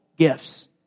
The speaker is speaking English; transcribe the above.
gifts